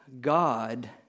God